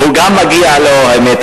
האמת, הוא, גם מגיעה לו הערכה.